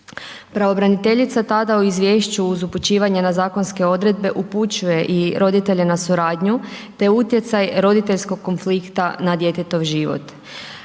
Pravobraniteljica tada u izvješću uz upućivanje na zakonske odredbe upućuje i roditelje na suradnju te utjecaj roditeljskog konflikta na djetetov život.